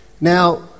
Now